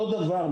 אותו דבר,